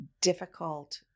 difficult